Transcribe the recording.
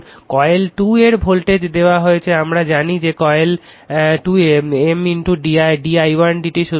এখন কয়েল 2 এর ভোল্টেজ দেওয়া হয়েছে আমরা জানি যে কয়েল 2 এ Md i1d t